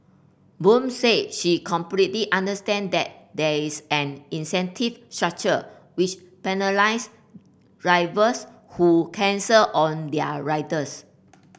Boon said she completely understand that there is an incentive structure which penalises drivers who cancel on their riders